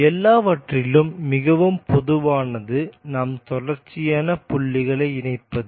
எல்லாவற்றிலும் மிகவும் பொதுவானது நாம் தொடர்ச்சியான புள்ளிகளை இணைப்பது